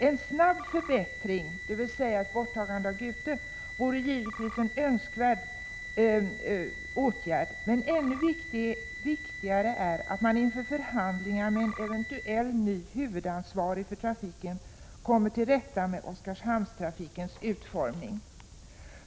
En snabb förbättring, dvs. ett borttagande av Gute, vore givetvis en önskad åtgärd, men ännu viktigare är att man inför förhandlingar med en eventuell ny huvudansvarig för trafiken kommer till rätta med Oskarshamnstrafikens utformning.